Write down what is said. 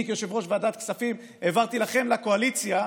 אני כיושב-ראש ועדת הכספים העברתי לכם, לקואליציה,